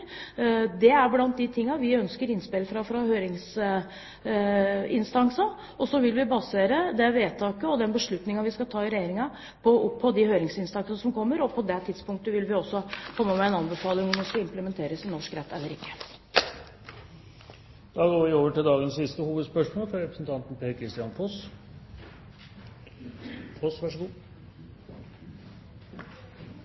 Det er blant det vi ønsker innspill om fra høringsinstansene, og så vil vi basere det vedtaket og den beslutningen vi skal ta i Regjeringen, på de høringsinnspillene som kommer. På det tidspunktet vil vi også komme med en anbefaling, om dette skal implementeres i norsk rett eller ikke. Da går vi til neste hovedspørsmål. Mitt spørsmål går også til